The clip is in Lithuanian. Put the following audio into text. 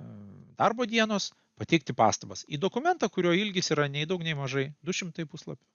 darbo dienos pateikti pastabas į dokumentą kurio ilgis yra nei daug nei mažai du šimtai puslapių